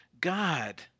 God